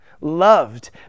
loved